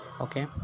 okay